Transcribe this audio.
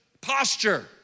posture